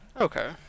Okay